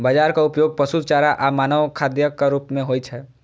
बाजराक उपयोग पशु चारा आ मानव खाद्यक रूप मे होइ छै